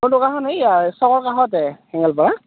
মোৰ দোকানখন এই চকৰ কাষতে